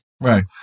Right